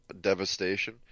devastation